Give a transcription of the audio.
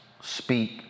speak